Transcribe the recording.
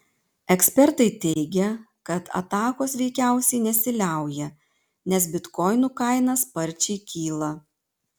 ekspertai teigia kad atakos veikiausiai nesiliauja nes bitkoinų kaina sparčiai kyla